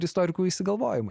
ir istorikų išsigalvojimai